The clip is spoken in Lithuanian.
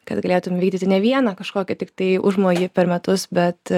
kad galėtum vykdyti ne vieną kažkokį tiktai užmojį per metus bet